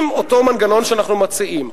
אם אותו מנגנון שאנחנו מציעים,